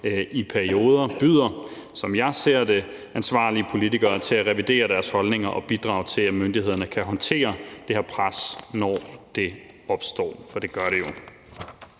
i perioder byder, som jeg ser det, ansvarlige politikere at revidere deres holdninger og bidrage til, at myndighederne kan håndtere det her pres, når det opstår, for det gør det jo.